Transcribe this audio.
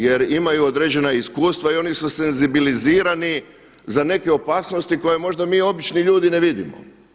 Jer imaju određena iskustva i oni su senzibilizirani za neke opasnosti koje mi možda obični ljudi ne vidimo.